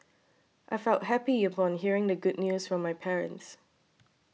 I felt happy upon hearing the good news from my parents